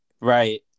Right